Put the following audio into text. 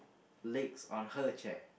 legs on her chair